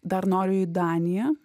dar noriu į daniją